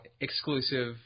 exclusive